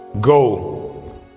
go